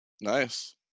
nice